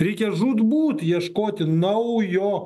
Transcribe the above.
reikia žūtbūt ieškoti naujo